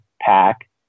pack